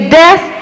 death